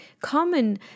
common